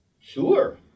sure